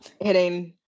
hitting